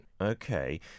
okay